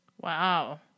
Wow